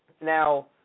Now